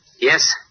Yes